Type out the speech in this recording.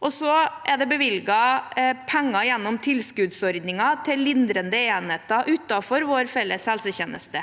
Det er også bevilget penger gjennom tilskuddsordningen til lindrende enheter utenfor vår felles helsetjeneste.